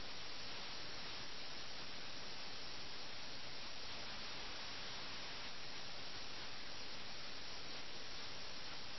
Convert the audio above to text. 'ഏതാണ്ട് അയ്യായിരത്തോളം പേർ ഉണ്ടായിരിക്കണം